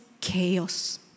chaos